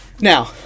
now